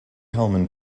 hellman